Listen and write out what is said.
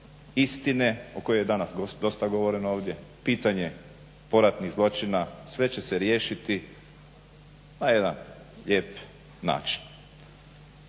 istine o kojoj je danas dosta govoreno ovdje, pitanje poratnih zločina, sve će se riješiti na jedan lijep način.